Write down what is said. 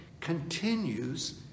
continues